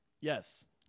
Yes